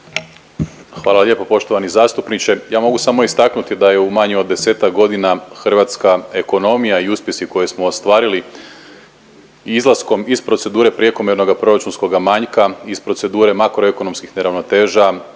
Hvala lijepo poštovani zastupniče, ja mogu samo istaknuti da je u manje od 10-ak godina hrvatska ekonomija i uspjesi koje smo ostvarili izlaskom iz procedure prekomjernoga proračunskoga manjka, iz procedure makroekonomskih neravnoteža